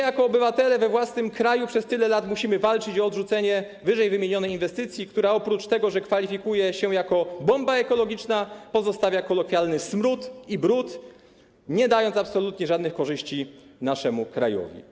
Jako obywatele we własnym kraju przez tyle lat musimy walczyć o odrzucenie ww. inwestycji, która oprócz tego, że kwalifikuje się jako bomba ekologiczna, pozostawia kolokwialny smród i brud, nie dając absolutnie żadnych korzyści naszemu krajowi.